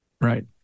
Right